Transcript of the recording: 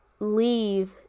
leave